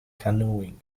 canoeing